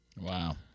Wow